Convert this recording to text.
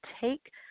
take